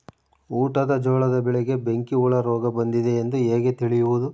ಊಟದ ಜೋಳದ ಬೆಳೆಗೆ ಬೆಂಕಿ ಹುಳ ರೋಗ ಬಂದಿದೆ ಎಂದು ಹೇಗೆ ತಿಳಿಯುವುದು?